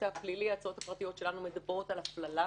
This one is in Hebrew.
בהיבט הפלילי ההצעות הפרטיות שלנו מדברות על הפללה,